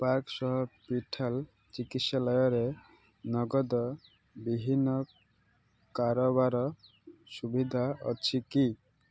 parks ପିଠାଲ୍ ଚିକିତ୍ସାଳୟରେ ନଗଦ ବିହୀନ କାରବାର ସୁବିଧା ଅଛି କି